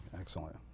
Excellent